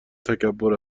تکبر